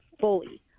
fully